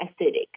acidic